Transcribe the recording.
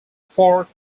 fork